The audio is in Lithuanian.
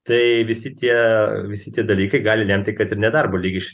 tai visi tie visi tie dalykai gali lemti kad ir nedarbo lygis